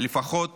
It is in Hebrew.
לפחות